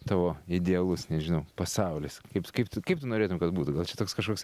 tavo idealus nežinau pasaulis kaip kaip tu kaip norėtum kad būtų gal čia toks kažkoks